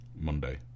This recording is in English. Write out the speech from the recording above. Monday